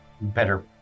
better